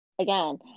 again